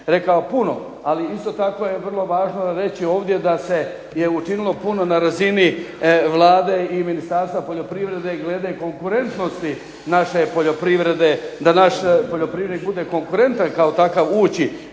činili puno, ali isto tako je vrlo važno reći ovdje da se je učinilo puno na razini Vlade i Ministarstva poljoprivrede glede konkurentnosti naše poljoprivrede da naš poljoprivrednik bude konkurentan kao takav ući